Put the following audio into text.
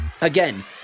Again